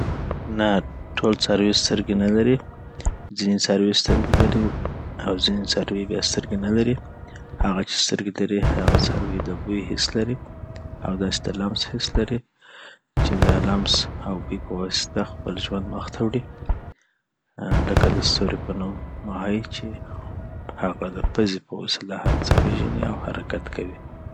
نه ټول څاروي سترګې نلري ځیني څاروی سترګې لری اوځیني څاروي بیا سترګې نلري هغه چي سترګې نلری هغه څاروي دبوي حیس لري چی اوداسی دلمس حیس لري چی دهغه لمس اوبوي په واسطه خپل ژوند مخته وړي لکه دستوري په نوم ماهي چي هغه دپزې په وسیله هرڅه پیژني اوحرکت کوي